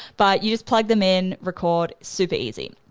but you just plug them in, record, super easy.